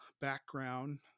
background